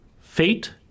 Fate